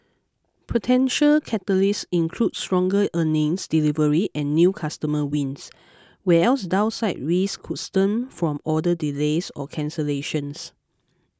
potential catalysts include stronger earnings delivery and new customer wins whereas downside risks could stem from order delays or cancellations